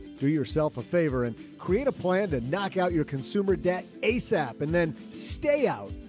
do yourself a favor and create a plan to knock out your consumer debt asap and then stay out.